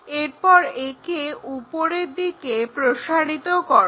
এরপর একে ওপরের দিকে প্রসারিত করো